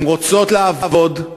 הן רוצות לעבוד,